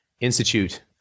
Institute